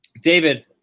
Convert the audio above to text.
David